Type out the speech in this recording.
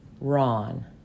Ron